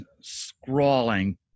scrawling